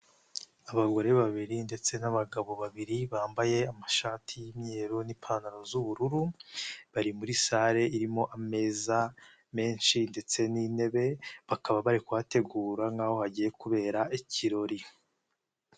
Abagore babiri ndetse n'abagabo babiri bambaye amashati y'imyeru ni'pantaro z'ubururu, bari muri sare irimo ameza menshi ndetse n'intebe bakaba bari kuhategura nk'aho hagiye kubera ikirori.